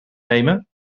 nemen